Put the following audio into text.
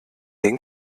den